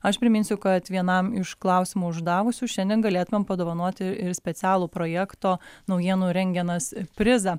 aš priminsiu kad vienam iš klausimą uždavusių šiandien galėtumėm padovanoti ir specialų projekto naujienų rengenas prizą